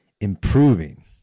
improving